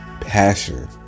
Passion